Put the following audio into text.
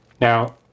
Now